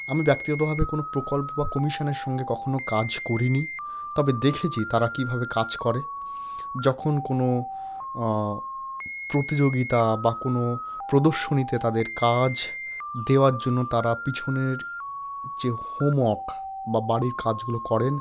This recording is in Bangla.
আমি ব্যক্তিগতভাবে কোনো প্রকল্প বা কমিশানের সঙ্গে কখনও কাজ করি নি তবে দেখেছি তারা কীভাবে কাজ করে যখন কোনো প্রতিযোগিতা বা কোনো প্রদর্শনীতে তাদের কাজ দেওয়ার জন্য তারা পিছনের যে হোমওয়াক বা বাড়ির কাজগুলো করেন